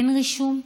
אין רישום,